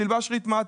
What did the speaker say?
תלבש רתמה,